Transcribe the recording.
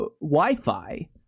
Wi-Fi